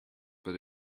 but